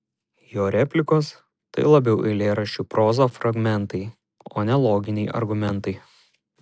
jo replikos tai labiau eilėraščių proza fragmentai o ne loginiai argumentai